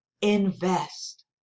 invest